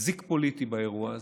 זיק פוליטי באירוע הזה,